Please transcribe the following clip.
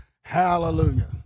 Hallelujah